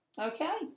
Okay